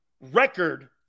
record